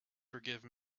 forgive